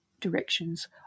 directions